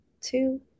two